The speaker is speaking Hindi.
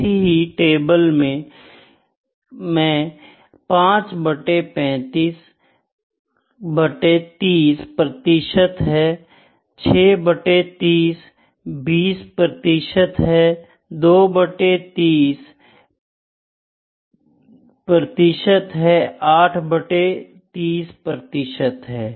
इस ही टेबल में मैं 5 बट्टे 35 बट्टे 30 प्रतिशत है 6 बट्टे 30 २० प्रतिशत है 2 बट्टे 30 प्रतिशत है 8 बट्टे 30 प्रतिशत है